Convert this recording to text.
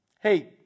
Hey